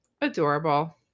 Adorable